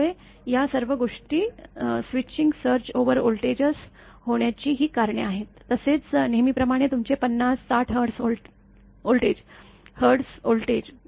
त्यामुळे या सर्व गोष्टी स्विचिंग सर्ज ओवर वोल्टाजेस होण्याची ही कारणे आहेत तसेच नेहमीप्रमाणे तुमचे ५० ६० हर्ट्झ व्होल्टेज